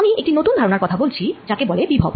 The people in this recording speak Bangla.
আমি একটি নতুন ধারণার কথা বলছি যাকে বলে বিভব